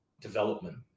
development